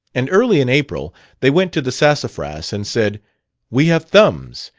and early in april they went to the sassafras and said we have thumbs!